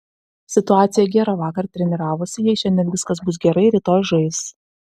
situacija gera vakar treniravosi jei šiandien viskas bus gerai rytoj žais